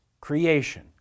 Creation